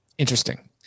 Interesting